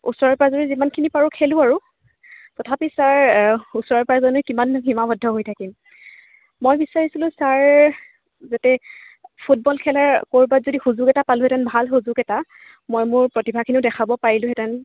ওচৰে পাজৰে যিমানখিনি পাৰো খেলোঁ আৰু তথাপি ছাৰ ওচৰে পাজৰেনো কিমাননো সীমাবদ্ধ হৈ থাকিম মই বিচাৰিছিলোঁ ছাৰ য'তে ফুটবল খেলাৰ ক'ৰবাত যদি সুযোগ এটা পালোহেঁতেন ভাল সুযোগ এটা মই মোৰ প্ৰতিভাখিনিও দেখাব পাৰিলোহেঁতেন